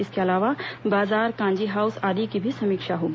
इसके अलावा बाजार कांजी हाउस आदि की भी समीक्षा होगी